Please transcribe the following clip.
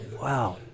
wow